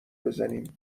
بزنیم